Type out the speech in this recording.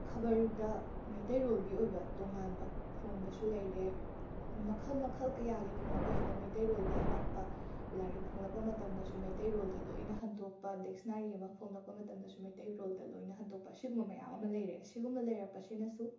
ꯈꯕꯔꯗ ꯃꯩꯇꯩꯔꯣꯜꯒꯤ ꯑꯣꯏꯕ ꯇꯣꯉꯥꯟꯕ ꯐꯣꯡꯕꯁꯨ ꯂꯩꯔꯦ ꯃꯈꯜ ꯃꯈꯜ ꯀꯌꯥꯒꯤ ꯐꯣꯡꯂꯛꯄꯁꯤꯗ ꯃꯩꯇꯩꯔꯣꯜꯒꯤ ꯍꯥꯞꯄꯛꯄ ꯂꯥꯏꯔꯤꯛ ꯐꯣꯡꯂꯛꯄ ꯃꯇꯝꯗꯁꯨ ꯃꯩꯇꯩꯔꯣꯜꯗ ꯂꯣꯏꯅ ꯍꯟꯗꯣꯛꯄ ꯗꯤꯀꯁꯅꯥꯔꯤ ꯑꯃ ꯐꯣꯡꯂꯛꯄ ꯃꯇꯝꯗꯁꯨ ꯃꯩꯇꯩꯔꯣꯜꯗ ꯂꯣꯏꯅ ꯍꯟꯗꯣꯛꯄ ꯑꯁꯤꯒꯨꯝꯕ ꯃꯌꯥꯝ ꯑꯃ ꯂꯩꯔꯦ ꯑꯁꯤꯒꯨꯝꯕ ꯂꯩꯔꯛꯄꯁꯤꯅꯁꯨ